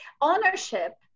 ownership